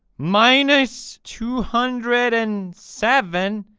minus! two hundred and seven!